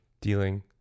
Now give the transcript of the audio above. Dealing